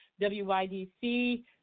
WYDC